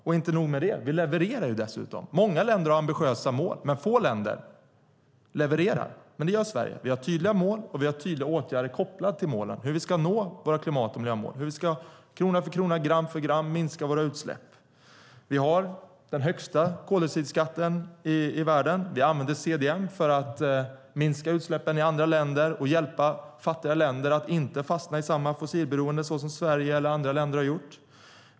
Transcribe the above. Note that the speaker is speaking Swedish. Och inte nog med det levererar vi dessutom. Många länder har ambitiösa mål, men få länder levererar. Men det gör Sverige. Vi har tydliga mål, och vi har tydliga åtgärder kopplade till hur vi ska nå våra klimat och miljömål och hur vi krona för krona och gram för gram ska minska våra utsläpp. Vi har den högsta koldioxidskatten i världen. Vi använder CDM för att minska utsläppen i andra länder och hjälpa fattiga länder att inte fastna i samma fossilberoende som Sverige och andra länder har gjort.